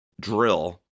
drill